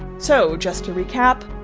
so just to recap,